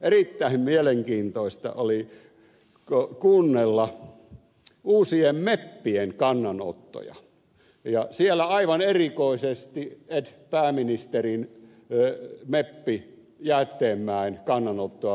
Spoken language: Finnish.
erittäin mielenkiintoista oli kuunnella uusien meppien kannanottoja ja siellä aivan erikoisesti edellisen pääministerin meppi jäätteenmäen kannanottoa